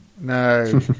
No